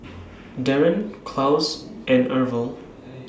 Daryn Claus and Arvel